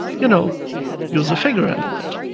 you know use the figure element.